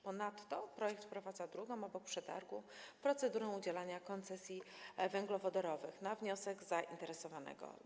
Ponadto projekt wprowadza drugą obok przetargu procedurę udzielania koncesji węglowodorowych na wniosek zainteresowanego.